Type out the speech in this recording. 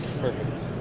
Perfect